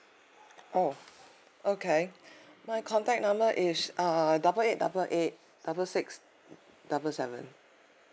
oh okay my contact number is err double eight double eight double six double seven